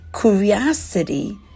Curiosity